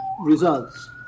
results